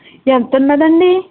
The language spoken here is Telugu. ఎంత ఉందండి